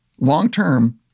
long-term